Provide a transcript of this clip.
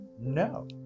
no